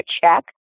check